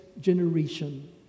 generation